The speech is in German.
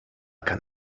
kann